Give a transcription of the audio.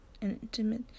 Intimate